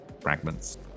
fragments